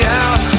out